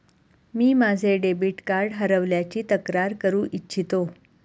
मी माझे debit card हरवल्याची तक्रार करू इच्छितो